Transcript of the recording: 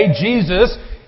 Jesus